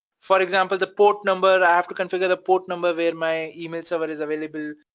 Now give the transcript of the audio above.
for example, the port number, i have to configure the port number where my email server is available,